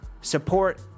support